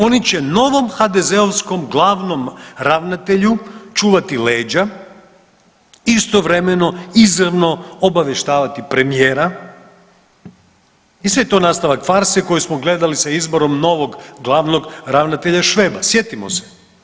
Oni će novom HDZ-ovskom glavnom ravnatelju čuvati leđa, istovremeno izravno obavještavati premijera i sve je to nastavak farse koju smo gledali sa izborom novog glavnog ravnatelja Šveba, sjetimo se.